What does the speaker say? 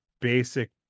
basic